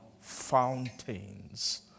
fountains